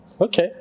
Okay